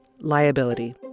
Liability